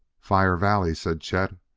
fire valley! said chet,